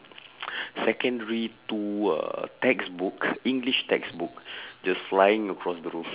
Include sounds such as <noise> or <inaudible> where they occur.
<breath> secondary two uh textbook english textbook <breath> just flying across the roof